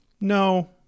No